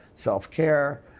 self-care